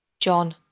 John